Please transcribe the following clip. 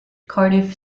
cardiff